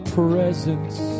presence